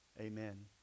amen